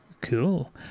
Cool